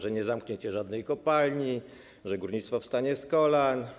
Że nie zamkniecie żadnej kopalni, że górnictwo wstanie z kolan.